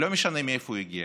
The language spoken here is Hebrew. ולא משנה מאיפה הוא הגיע.